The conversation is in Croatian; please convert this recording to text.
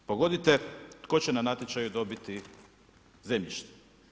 Pogodite tko će na natječaju dobiti zemljište.